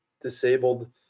disabled